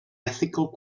ethical